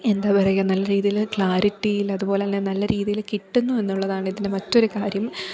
എന്താപറയുക നല്ലരീതിയിൽ ക്ലാരിറ്റിയിൽ അതു പോലെ തന്നെ നല്ല രീതിയിൽ കിട്ടുന്നു എന്നുള്ളതാണ് ഇതിനു മറ്റൊരുകാര്യം